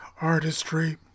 artistry